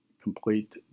complete